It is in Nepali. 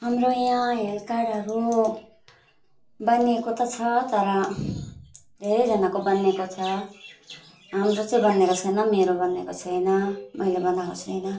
हाम्रो यहाँ हेल्थ कार्डहरू बनिएको त छ तर धेरैजनाको बनिएको छ हाम्रो चाहिँ बनिएको छैन मेरो बनिएको छैन मैले बनाएको छैन